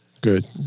Good